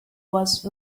was